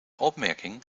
opmerking